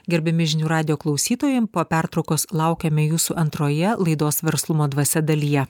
gerbiami žinių radijo klausytojam po pertraukos laukiame jūsų antroje laidos verslumo dvasia dalyje